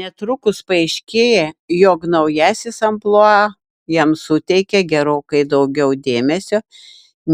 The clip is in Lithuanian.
netrukus paaiškėja jog naujasis amplua jam suteikia gerokai daugiau dėmesio